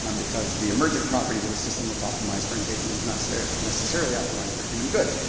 um because the emergents properties of assistant that's optimized for engagement is not so necessarily optimized for human good,